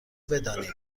بدانید